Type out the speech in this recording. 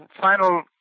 final